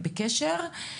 בקשר.